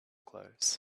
clothes